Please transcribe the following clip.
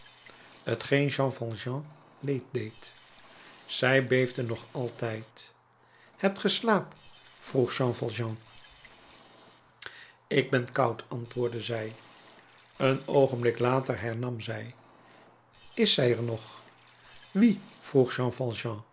t geen jean valjean leed deed zij beefde nog altijd hebt ge slaap vroeg jean valjean ik ben koud antwoordde zij een oogenblik later hernam zij is zij er nog wie